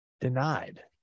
denied